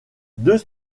deux